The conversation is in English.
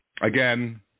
again